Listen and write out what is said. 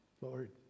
Lord